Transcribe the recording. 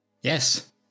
Yes